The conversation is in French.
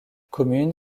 commune